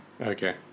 Okay